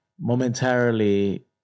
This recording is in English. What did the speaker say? momentarily